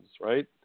right